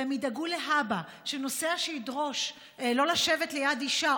והם ידאגו להבא שנוסע שידרוש שלא לשבת ליד אישה,